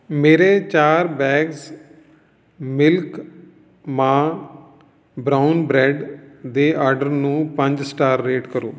ਮੇਰੇ ਚਾਰ bags milk ਮਾਹ ਬਰਾਊਨ ਬਰੈੱਡ ਦੇ ਆਡਰ ਨੂੰ ਪੰਜ ਸਟਾਰ ਰੇਟ ਕਰੋ